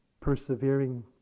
persevering